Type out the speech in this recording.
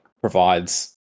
provides